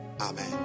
Amen